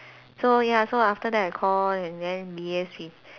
so ya so after that I call and then yes we